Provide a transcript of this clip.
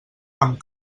amb